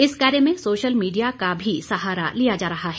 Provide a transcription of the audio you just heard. इस कार्य में सोशल मीडिया का भी सहारा लिया जा रहा है